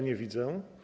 Nie widzę.